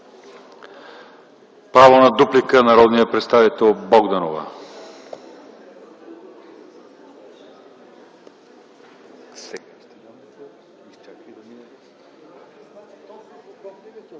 Право на дуплика - народният представител Богданова.